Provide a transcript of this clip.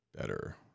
better